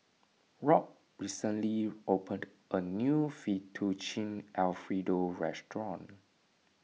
Rob recently opened a new Fettuccine Alfredo restaurant